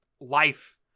life